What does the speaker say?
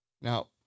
Now